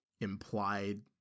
implied